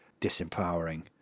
disempowering